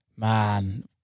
Man